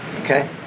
Okay